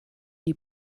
die